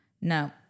no